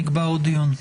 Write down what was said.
נקבע עוד דיון.